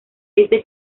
este